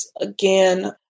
again